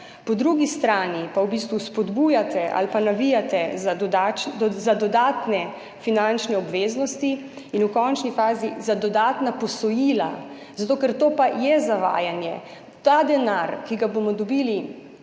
po drugi strani pa v bistvu spodbujate ali pa navijate za dodatne finančne obveznosti in v končni fazi za dodatna posojila, ker to pa je zavajanje. Ta denar, ki ga bomo dobili